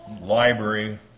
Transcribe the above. library